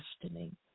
questioning